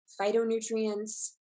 phytonutrients